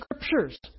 scriptures